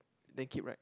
then keep right